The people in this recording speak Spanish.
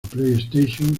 playstation